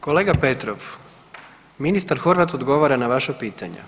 Kolega Petrov, ministar Horvat odgovara na vaša pitanja.